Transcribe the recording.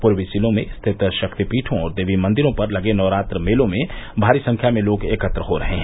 पूर्वी जिलों में स्थित शक्तिपीठों और देवी मंदिरों पर लगे नवरात्र मेलों में भारी संख्या में लोग एकत्र हो रहे हैं